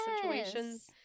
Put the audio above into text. situations